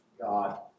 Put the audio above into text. God